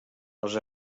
els